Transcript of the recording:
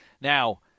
Now